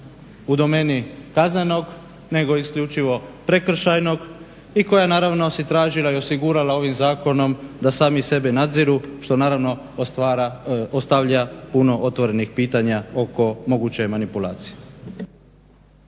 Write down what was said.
u domeni kaznenog, nego isključivo prekršajnog. I koja naravno si tražila i osigurala ovim zakonom da sami sebe nadziru što naravno ostavlja puno otvorenih pitanja oko moguće manipulacije.